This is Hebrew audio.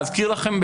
להזכיר לכם,